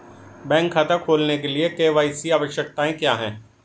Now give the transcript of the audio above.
Bank खाता खोलने के लिए के.वाई.सी आवश्यकताएं क्या हैं?